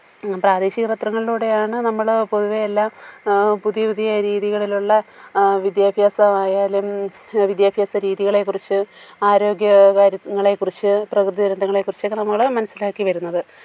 പ്രാദേശിക പത്രങ്ങളിലൂടെയാണ് നമ്മൾ പൊതുവേ എല്ലാം പുതിയ പുതിയ രീതികളിലുള്ള വിദ്യാഭ്യാസമായാലും വിദ്യാഭ്യാസ രീതികളെക്കുറിച്ച് ആരോഗ്യകാര്യങ്ങളേക്കുറിച്ച് പ്രകൃതി ദുരന്തങ്ങളേക്കുറിച്ചൊക്കെ നമ്മൾ മനസ്സിലാക്കി വരുന്നത്